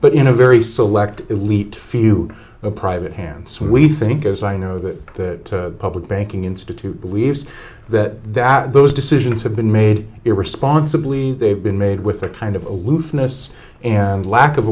but in a very select elite few private hands we think as i know that the public banking institute believes that that those decisions have been made irresponsibly they've been made with a kind of aloofness and lack of